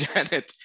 Janet